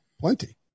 plenty